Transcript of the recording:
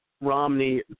Romney